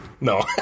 No